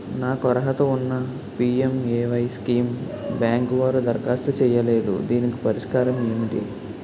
నాకు అర్హత ఉన్నా పి.ఎం.ఎ.వై స్కీమ్ బ్యాంకు వారు దరఖాస్తు చేయలేదు దీనికి పరిష్కారం ఏమిటి?